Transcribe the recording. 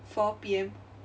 four P_M